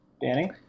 Danny